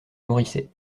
moricet